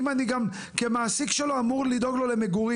אם אני גם כמעסיק שלו גם אמור לדאוג לו למגורים.